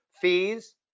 fees